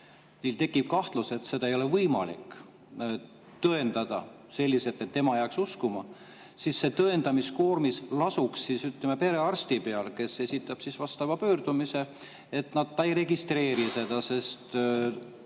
tekib kahtlus, et seda ei ole võimalik tõendada selliselt, et tema jääks uskuma, siis see tõendamiskoormis lasuks, ütleme, perearsti peal, kes esitab vastava pöördumise, et ta ei registreeri seda, sest ei